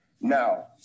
Now